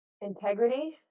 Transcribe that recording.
Integrity